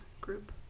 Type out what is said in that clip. group